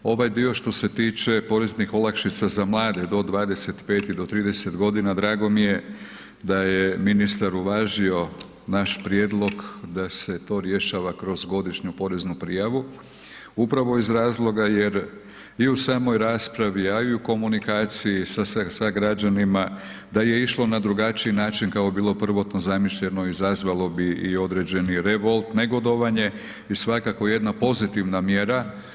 Ovaj dio što se tiče poreznih olakšica za mlade do 25. i do 30 g., drago mi je da je ministar uvažio naš prijedlog da se to rješava kroz godišnju poreznu prijavu upravo iz razloga jer i u samoj raspravi a i u komunikaciji sa građanima, da je išlo na drugačiji kako je bilo prvotno zamišljeno izazvalo bi i određeni revolt, negodovanje i svakako jedna pozitivna mjera.